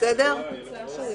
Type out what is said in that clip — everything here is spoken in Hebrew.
בשלב הראשון